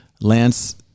Lance